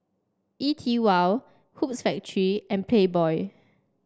E TWOW Hoops Factory and Playboy